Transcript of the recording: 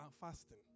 fasting